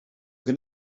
can